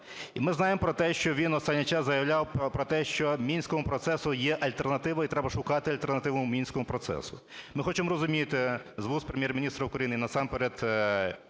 І ми знаємо про те, що він останній час заявляв про те, що Мінському процесу є альтернативи і треба шукати альтернативи Мінському процесу. Ми хочемо розуміти з вуст Прем’єр-міністра України, насамперед